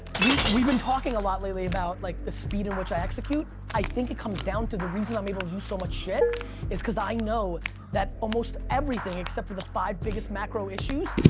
we've we've been talking a lot lately about like the speed in which i execute. i think it comes down to the reason i'm able to do so much shit is cause i know that almost everything except for the five biggest macro issues,